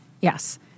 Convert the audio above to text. Yes